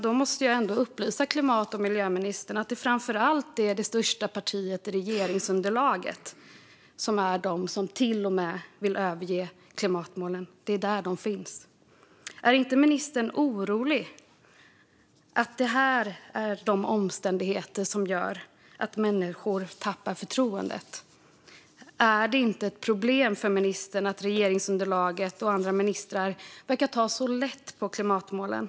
Då måste jag ändå upplysa klimat och miljöministern om att det framför allt är det största partiet i regeringsunderlaget som är de som vill överge klimatmålen, fru talman. Det är där de finns. Är inte ministern orolig att detta är de omständigheter som gör att människor tappar förtroendet? Är det inte ett problem för ministern att regeringsunderlaget och andra ministrar verkar ta så lätt på klimatmålen?